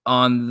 on